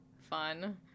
fun